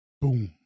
Boom